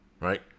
Right